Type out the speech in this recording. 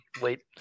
wait